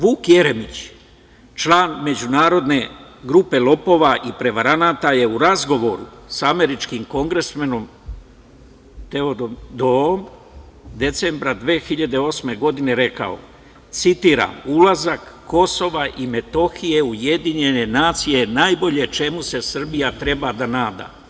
Vuk Jeremić, član međunarodne grupe lopova i prevaranata je u razgovoru sa američkim kongresmenom Tedom Pouom decembra 2008. godine rekao: „Ulazak Kosova i Metohije u Ujedinjene nacije je najbolje čemu se Srbija treba da nada“